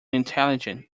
intelligent